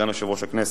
סגן יושב-ראש הכנסת.